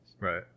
Right